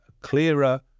clearer